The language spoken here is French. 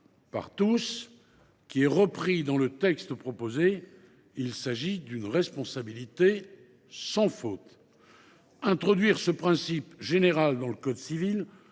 par tous, qui est repris dans le présent texte. Il s’agit d’une responsabilité sans faute. L’introduction de ce principe général dans le code civil